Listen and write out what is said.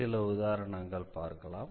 சில உதாரணங்களை பார்க்கலாம்